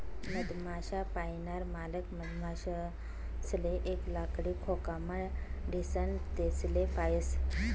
मधमाश्या पायनार मालक मधमाशासले एक लाकडी खोकामा ठीसन तेसले पायस